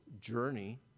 journey